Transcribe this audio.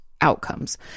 outcomes